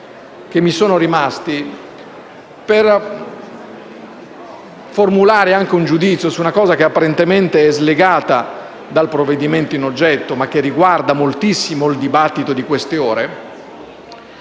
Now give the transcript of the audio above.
pochi minuti rimasti per formulare anche un giudizio su una cosa che apparentemente è slegata dal provvedimento in oggetto, ma che riguarda moltissimo il dibattito di queste ore.